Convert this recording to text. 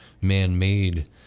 man-made